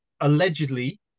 allegedly